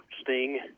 sting